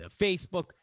Facebook